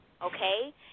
Okay